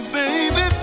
baby